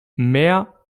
mehr